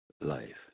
life